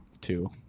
two